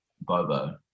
Bobo